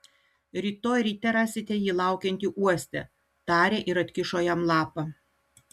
rytoj ryte rasite jį laukiantį uoste tarė ir atkišo jam lapą